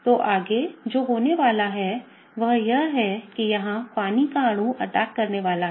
तो आगे जो होने वाला है वह यह है कि यहां पानी का अणु अटैक करने वाला है